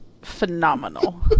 phenomenal